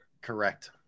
Correct